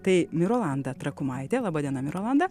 tai mirolanda trakumaitė laba diena mirolanda sveiki